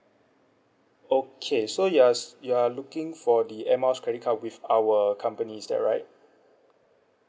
okay so you are s~ you are looking for the air miles credit card with our company is that right